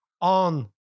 on